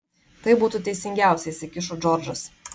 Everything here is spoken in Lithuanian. tai būtų teisingiausia įsikišo džordžas